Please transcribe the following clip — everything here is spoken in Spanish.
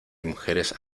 mujeres